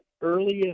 earliest